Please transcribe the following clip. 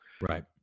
right